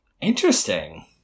Interesting